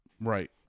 right